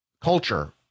culture